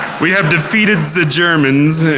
we have defeated the germans